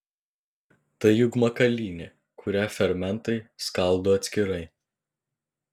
tai juk makalynė kurią fermentai skaldo atskirai